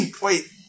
Wait